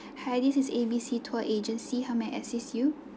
hi this is A_B_C tour agency how may I assist you